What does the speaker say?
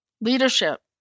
leadership